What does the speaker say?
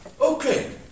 Okay